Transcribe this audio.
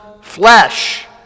flesh